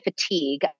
fatigue